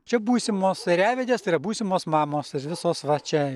čia būsimos ėriavedės tai yra būsimos mamos ir visos va čia